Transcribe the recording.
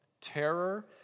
terror